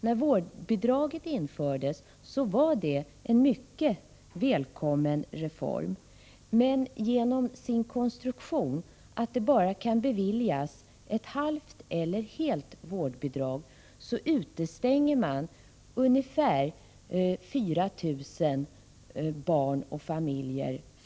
När vårdbidraget infördes var detta en mycket välkommen reform, men genom dess konstruktion — att det bara kan beviljas ett halvt eller ett helt vårdbidrag — utestängs ungefär 4 000 barn och familjer.